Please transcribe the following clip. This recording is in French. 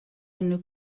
une